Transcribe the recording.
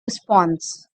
response